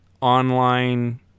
online